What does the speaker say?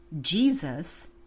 Jesus